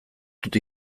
dut